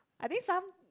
I think some